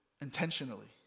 Intentionally